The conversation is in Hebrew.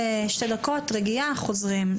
זה שתי דקות רגיעה, חוזרים.